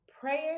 prayer